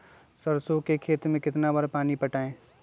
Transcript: सरसों के खेत मे कितना बार पानी पटाये?